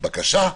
בקשה,